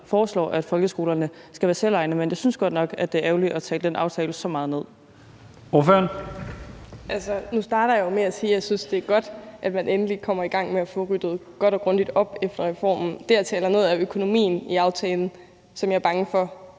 foreslår, at folkeskolerne skal være selvejende. Men jeg synes godt nok, det er ærgerligt at tale den aftale så meget ned. Kl. 13:41 Første næstformand (Leif Lahn Jensen): Ordføreren. Kl. 13:41 Anne Hegelund (EL): Nu starter jeg med at sige, at jeg synes, det er godt, at man endelig kommer i gang med at få ryddet godt og grundigt op efter reformen. Det, jeg taler ned, er økonomien i aftalen, som jeg er bange for